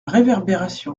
réverbération